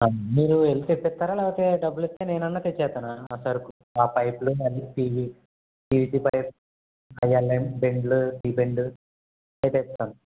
మీరూ వెళ్ళి తెచ్చేస్తారా లేకపోతే డబ్బులు ఇస్తే నేనన్నా తెచ్చేస్తాను ఆ సరుకు ఆ పైపులు అవి PVC PVC pipe L and బెండ్లు టీ బెండు అవి తెస్తాను